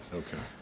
okay. ah,